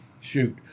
shoot